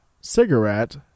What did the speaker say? cigarette